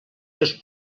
seus